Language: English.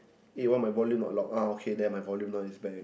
eh why my volume not loud ah okay now my volume is back